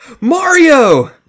Mario